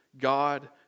God